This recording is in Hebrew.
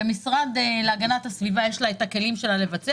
והמשרד להגנת הסביבה יש לה הכלים שלה לבצע